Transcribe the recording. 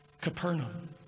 Capernaum